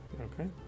Okay